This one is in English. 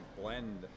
blend